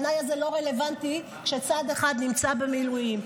התנאי הזה לא רלוונטי כשצד אחד נמצא במילואים.